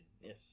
Yes